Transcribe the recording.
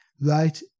right